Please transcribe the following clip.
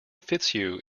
fitzhugh